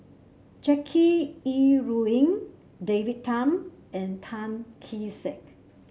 Jackie Yi Ru Ying David Tham and Tan Kee Sek